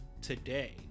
today